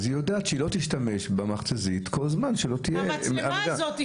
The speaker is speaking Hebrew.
כך שהיא יודעת שהיא לא תשתמש במכתזית כל זמן שלא תהיה היערכות מתאימה.